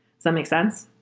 so make sense?